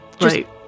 Right